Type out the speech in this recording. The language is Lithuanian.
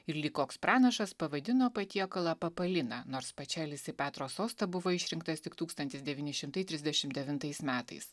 ir lyg koks pranašas pavaidino patiekalą papalina nors pačelis į petro sostą buvo išrinktas tik tūkstantis dvyni šimtai trisdšimt dvintais metais